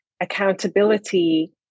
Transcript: accountability